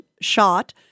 shot